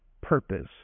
purpose